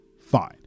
fine